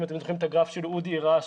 אם אתם זוכרים את הגרף שאודי הראה,